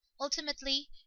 ultimately